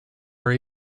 are